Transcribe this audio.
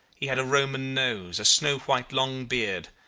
he had a roman nose, a snow-white, long beard,